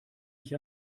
ich